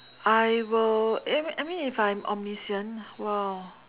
I will aim I mean if I'm omniscient !wow!